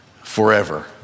forever